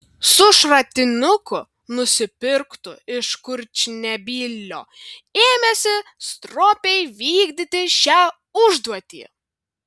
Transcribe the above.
su šratinuku nusipirktu iš kurčnebylio ėmėsi stropiai vykdyti šią užduotį